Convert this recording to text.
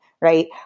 right